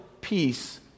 peace